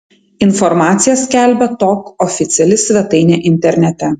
informaciją skelbia tok oficiali svetainė internete